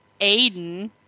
Aiden